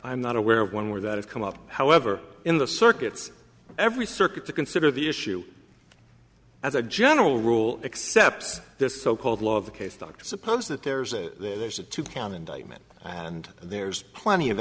i'm not aware of one where that has come up however in the circuits every circuit to consider the issue as a general rule except this so called law of the case dr suppose that there's a there's a two count indictment and there's plenty of